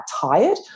tired